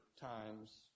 times